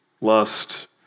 lust